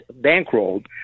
bankrolled